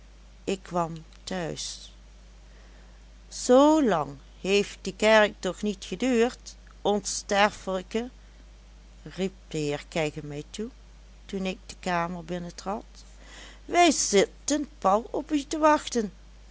ik kwam tehuis z lang heeft die kerk toch niet geduurd onsterfelijke riep de heer kegge mij toe toen ik de kamer binnentrad wij zitten pal op u te wachten